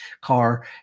car